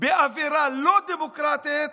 באווירה לא דמוקרטית